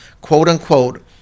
quote-unquote